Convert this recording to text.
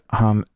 han